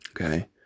Okay